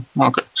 okay